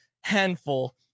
handful